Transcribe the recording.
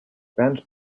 bent